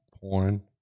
porn